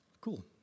Cool